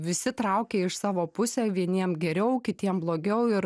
visi traukia iš savo pusę vieniem geriau kitiem blogiau ir